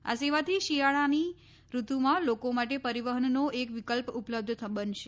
આ સેવાથી શિયાળાની ઋતુમાં લોકો માટે પરીવહનનો એક વિકલ્પ ઉપલબ્ધ બનશે